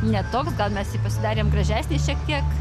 ne toks gal mes jį pasidarėm gražesnį šiek tiek